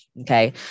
okay